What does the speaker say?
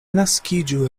naskiĝu